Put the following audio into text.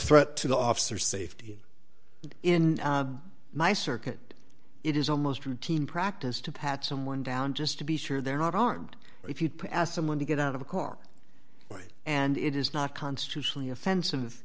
threat to the officer safety in my circuit it is almost routine practice to pat someone down just to be sure they're not armed if you pass someone to get out of a car and it is not constitutionally offensive